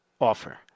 offer